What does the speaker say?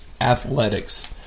athletics